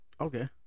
Okay